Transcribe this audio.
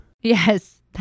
Yes